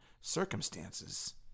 circumstances